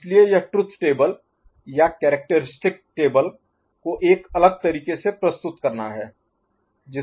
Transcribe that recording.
इसलिए यह truth table या कैरेक्टरिस्टिक टेबल को एक अलग तरीके से प्रस्तुत करना है